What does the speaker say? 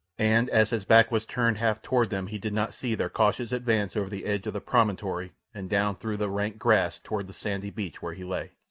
and as his back was turned half toward them he did not see their cautious advance over the edge of the promontory and down through the rank grass toward the sandy beach where he lay.